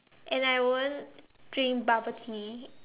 and I won't drink bubble tea